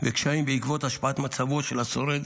וקשיים בעקבות השפעת מצבו של השורד